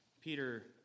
Peter